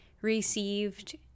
received